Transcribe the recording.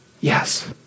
yes